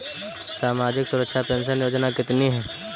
सामाजिक सुरक्षा पेंशन योजना कितनी हैं?